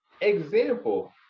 example